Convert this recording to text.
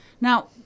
Now